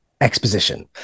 exposition